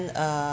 uh